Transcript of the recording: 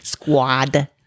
Squad